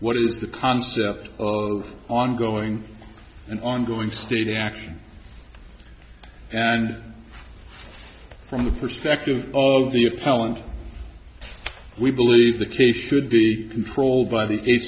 what is the concept of ongoing and ongoing state action and from the perspective of the appellant we believe the case should be controlled by the eight